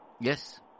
Yes